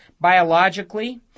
Biologically